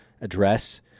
address